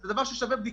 זה דבר ששווה בדיקה.